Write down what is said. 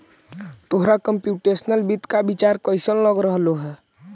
तोहरा कंप्युटेशनल वित्त का विचार कइसन लग रहलो हे